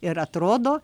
ir atrodo